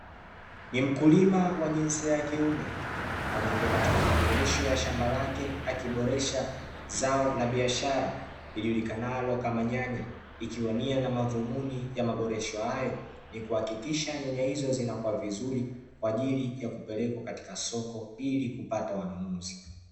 Ni mkulima wa jinsia ya kiume aliyekuwa katika maboresho ya shamba lake, akiboresha zao la biashara lijulikanalo kama nyanya ikiwa nia ya madhumuni ya maboresho hayo ni kuhakikisha nyanya hizo zinakuwa vizuri, kwa ajili ya kupelekwa katika soko ili kupata wanunuzi.